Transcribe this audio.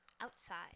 Outside